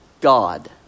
God